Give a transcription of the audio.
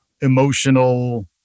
emotional